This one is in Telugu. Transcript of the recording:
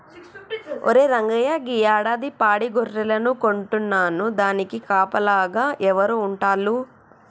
ఒరే రంగయ్య గీ యాడాది పాడి గొర్రెలను కొంటున్నాను దానికి కాపలాగా ఎవరు ఉంటాల్లు